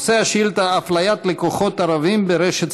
נושא השאילתה: אפליית לקוחות ערבים ברשת